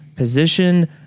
position